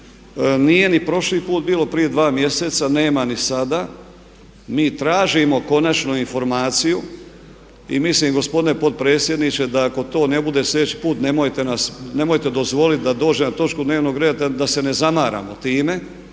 Nije ni prošli put bilo, prije dva mjeseca, nema ni sada. Mi tražimo konačnu informaciju i mislim gospodine potpredsjedniče da ako to ne bude sljedeći put nemojte dozvoliti da dođe na točku dnevnog reda da se ne zamaramo time.